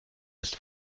ist